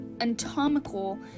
anatomical